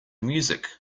music